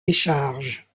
décharge